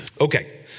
Okay